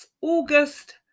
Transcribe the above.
August